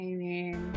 Amen